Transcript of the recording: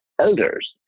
elders